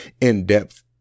in-depth